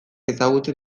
ezagutzen